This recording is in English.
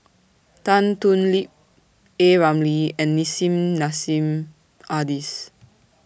Tan Thoon Lip A Ramli and Nissim Nassim Adis